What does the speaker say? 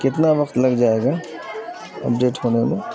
کتنا وقت لگ جائے گا اپڈیٹ ہونے میں